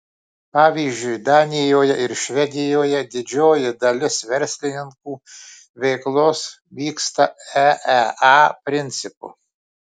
pavyzdžiui danijoje ir švedijoje didžioji dalis verslininkų veiklos vyksta eea principu